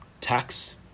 tax